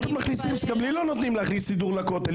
גם לי לא נותנים להכניס סידור לכותל,